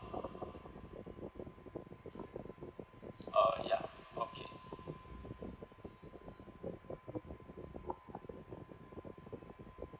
uh ya okay